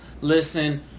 listen